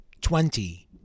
Twenty